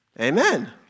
Amen